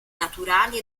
naturali